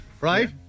right